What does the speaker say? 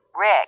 Rick